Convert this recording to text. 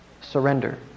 Surrender